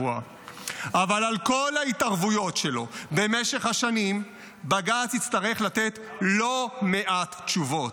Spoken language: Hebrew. אבל על כל ההתערבויות שלו במשך השנים בג"ץ יצטרך לתת לא מעט תשובות.